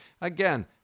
Again